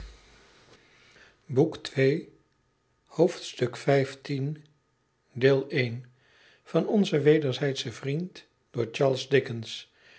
vrie onze wederzijdsche vriend door charles dickens